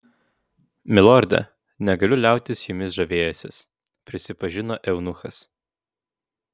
milorde negaliu liautis jumis žavėjęsis prisipažino eunuchas